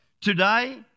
Today